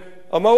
מה הוא אמר?